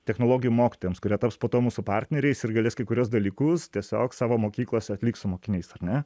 technologijų mokytojams kurie taps po to mūsų partneriais ir galės kai kuriuos dalykus tiesiog savo mokyklos atliks su mokiniais ar ne